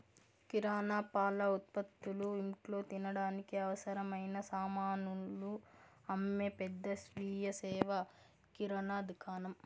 కిరణా, పాల ఉత్పతులు, ఇంట్లో తినడానికి అవసరమైన సామానులు అమ్మే పెద్ద స్వీయ సేవ కిరణా దుకాణం